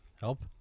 Help